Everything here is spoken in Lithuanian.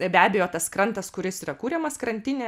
be abejo tas krantas kuris yra kuriamas krantinė